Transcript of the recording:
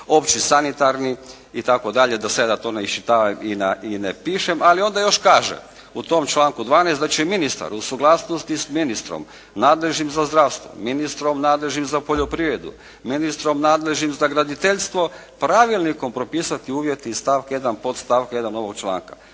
opći sanitarni itd. da sada to ne iščitavam i ne pišem. Ali onda još kaže u tom članku 12. da će ministar, u suglasnosti s ministrom nadležnim za zdravstvom, ministrom nadležnim za poljoprivredu, ministrom nadležnim za graditeljstvo pravilnikom propisati uvjeti iz stavka 1. podstavka 1. ovog članka.